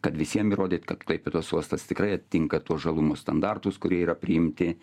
kad visiem įrodyt kad klaipėdos uostas tikrai atitinka tuos žalumo standartus kurie yra priimti